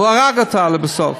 הוא הרג אותה לבסוף.